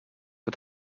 but